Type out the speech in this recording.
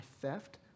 theft